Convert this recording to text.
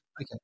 Okay